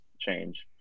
change